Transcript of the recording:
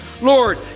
Lord